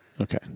Okay